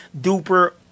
duper